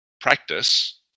Practice